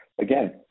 again